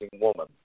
woman